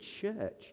church